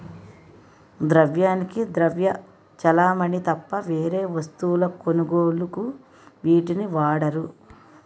ద్రవ్యానికి ద్రవ్య చలామణి తప్ప వేరే వస్తువుల కొనుగోలుకు వీటిని వాడరు